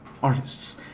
artists